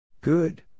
Good